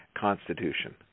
Constitution